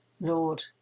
Lord